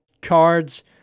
cards